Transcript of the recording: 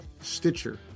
Stitcher